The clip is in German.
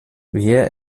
wir